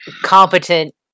competent